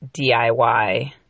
DIY